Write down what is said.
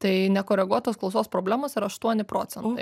tai nekoreguotos klausos problemos yra aštuoni procentai